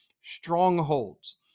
strongholds